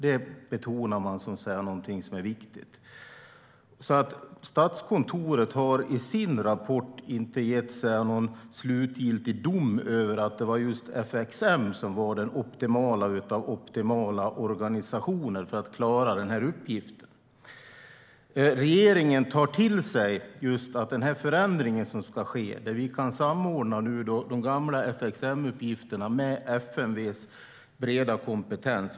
Det betonar man som någonting viktigt. Statskontoret har i sin rapport inte gett någon slutgiltig dom om att det var just FXM som var den optimala av optimala organisationer för att klara den här uppgiften. Regeringen tar till sig detta när det gäller den förändring som ska ske, där vi kan samordna de gamla FXM-uppgifterna med FMV:s breda kompetens.